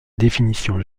définition